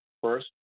first